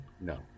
No